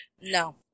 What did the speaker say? no